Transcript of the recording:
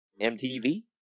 MTV